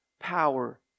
power